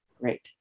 Great